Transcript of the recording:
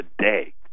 today